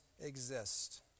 exist